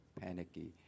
Panicky